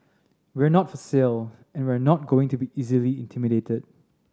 we're not for sale and we're not going to be easily intimidated